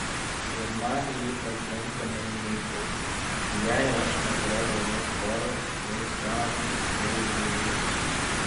ir man ji pakankamai meili jai aš neatrodau nei storas nei senas nei bjaurus